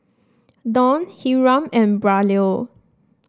Dawn Hiram and Braulio